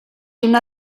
una